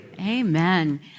Amen